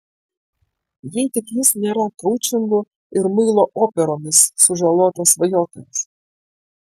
jei tik jis nėra koučingu ir muilo operomis sužalotas svajotojas